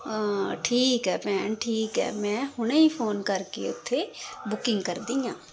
ਠੀਕ ਹੈ ਭੈਣ ਠੀਕ ਹੈ ਮੈਂ ਹੁਣੇ ਹੀ ਫੋਨ ਕਰਕੇ ਉੱਥੇ ਬੁਕਿੰਗ ਕਰਦੀ ਹਾਂ